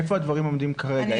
איפה הדברים עומדים כרגע?